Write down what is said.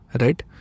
right